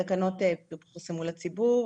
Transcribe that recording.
התקנות פורסמו לציבור,